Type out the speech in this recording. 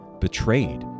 betrayed